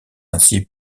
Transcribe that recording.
ainsi